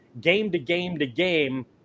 game-to-game-to-game